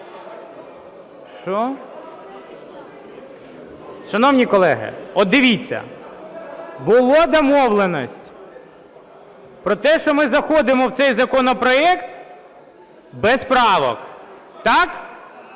Шановні колеги, от дивіться, була домовленість про те, що ми заходимо в цей законопроект без правок, так?